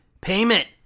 Payment